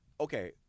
okay